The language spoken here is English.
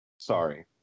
Sorry